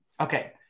Okay